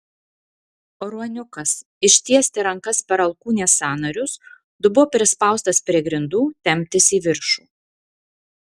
ruoniukas ištiesti rankas per alkūnės sąnarius dubuo prispaustas prie grindų temptis į viršų